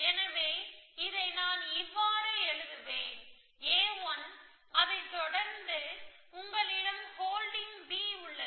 எனவே இதை நான் இவ்வாறு எழுதுவேன் a1 அதைத்தொடர்ந்து உங்களிடம் ஹோல்டிங் B உள்ளது